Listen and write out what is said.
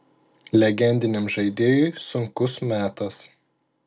legendiniam žaidėjui sunkus metas